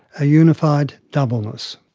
a unified doubleness.